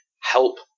help